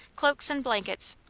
cloaks and blankets.